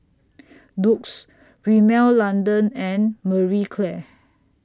Doux Rimmel London and Marie Claire